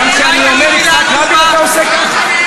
גם על יצחק רבין אתה עושה ככה?